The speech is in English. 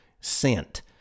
scent